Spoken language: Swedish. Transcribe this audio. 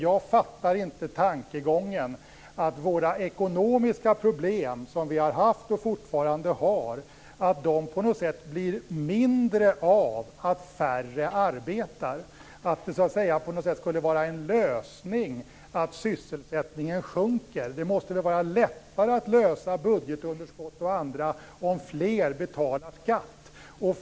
Jag fattar inte tankegången att våra ekonomiska problem som vi har haft och fortfarande har på något sätt blir mindre av att färre arbetar, att det skulle vara en lösning att sysselsättningen sjunker. Det måste väl vara lättare att lösa problemet med budgetunderskott och andra problem om fler betalar skatt.